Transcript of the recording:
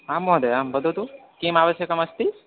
आं महोदय वदतु किम् आवश्यकमस्ति